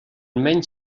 menys